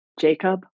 Jacob